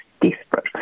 desperate